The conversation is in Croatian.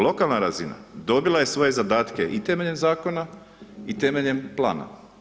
Lokalna razina, dobila je svoje zadatke i temeljem zakona i temeljem plana.